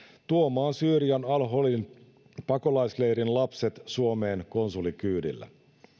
tuomaan syyrian al holin pakolaisleirin lapset suomeen konsulikyydillä